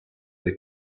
they